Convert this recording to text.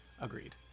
agreed